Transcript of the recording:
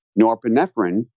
norepinephrine